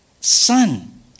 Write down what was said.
son